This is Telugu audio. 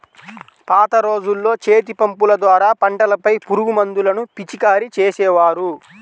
పాత రోజుల్లో చేతిపంపుల ద్వారా పంటలపై పురుగుమందులను పిచికారీ చేసేవారు